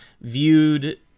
viewed